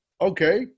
okay